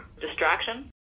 distraction